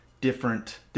different